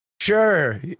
sure